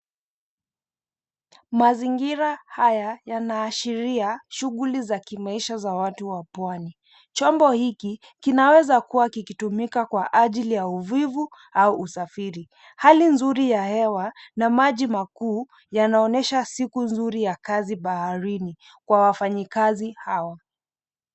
Mazingira haya yanaashiria shughuli za kimaisha za watu Pwani. Chombo hiki kinaweza kuwa kikitumika kwa ajili ya uvivi au usafiri. Hali nzuri ya hewa na maji makuu yanaonesha siku nzuri ya kazi baharini kwa wafanyikazi hawa.